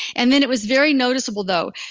and then it was very noticeable though,